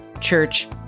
Church &